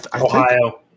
Ohio